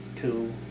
two